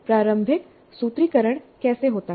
प्रारंभिक सूत्रीकरण कैसे होता है